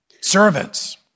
Servants